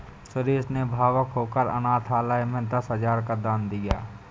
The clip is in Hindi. सुरेश ने भावुक होकर अनाथालय में दस हजार का दान दिया